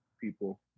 people